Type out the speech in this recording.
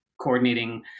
coordinating